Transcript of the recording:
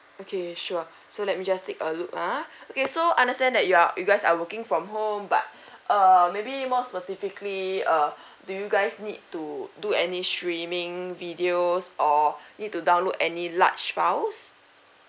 okay sure so let me just take a look ah okay so understand that you are you guys are working from home but err maybe more specifically uh do you guys need to do any streaming videos or need to download any large files